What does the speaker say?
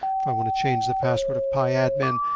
if i want to change the password of piadmin,